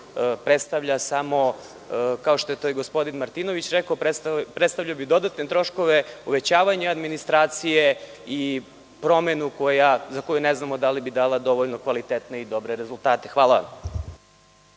predstavlja samo, kao što je to i gospodin Martinović rekao, predstavljao bi dodatne troškove, uvećavanje administracije i promenu za koju ne znamo da li bi dala dovoljno kvalitetne i dobre rezultate. Hvala vam.